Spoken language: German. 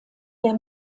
der